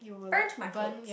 burnt my clothe